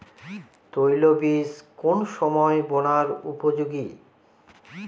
তৈল বীজ কোন সময় বোনার উপযোগী?